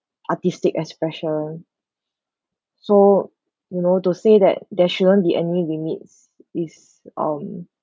artistic expression so you know to say that there shouldn't be any limits is um